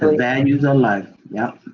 values of life, yeah.